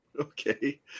Okay